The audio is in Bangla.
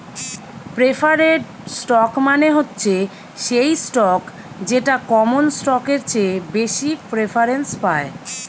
প্রেফারেড স্টক মানে হচ্ছে সেই স্টক যেটা কমন স্টকের চেয়ে বেশি প্রেফারেন্স পায়